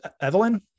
evelyn